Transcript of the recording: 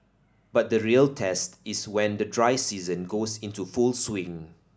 but the real test is when the dry season goes into full swing